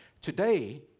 today